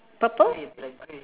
purple